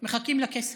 מחכים לכסף.